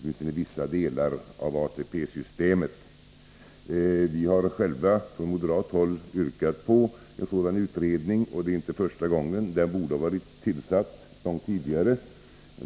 åtminstone vissa delar av ATP-systemet. Vi har själva på moderat håll yrkat på en sådan utredning. Det är inte första gången; den borde ha varit tillsatt långt tidigare.